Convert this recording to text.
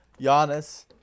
Giannis